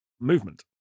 movement